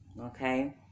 okay